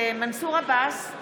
עבאס,